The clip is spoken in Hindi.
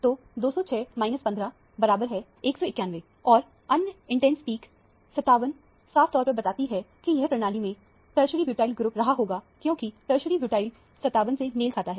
तो 206 15 191 और अन्य इंटेंस पीक 57 साफ तौर पर बताती है कि यहां प्रणाली में टरसरी ब्यूटाइल ग्रुप रहा होगा क्योंकि ब्यूटाइल ग्रुप 57 से मेल खाता है